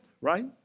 right